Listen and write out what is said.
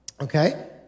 okay